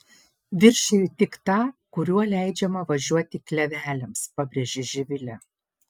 viršiju tik tą kuriuo leidžiama važiuoti kleveliams pabrėžė živilė